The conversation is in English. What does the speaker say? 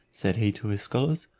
said he to his scholars,